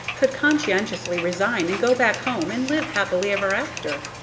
could conscientiously resign and go back home and live happily ever after.